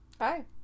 Hi